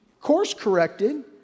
course-corrected